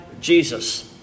Jesus